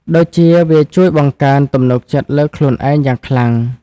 ដូចជា វាជួយបង្កើនទំនុកចិត្តលើខ្លួនឯងយ៉ាងខ្លាំង។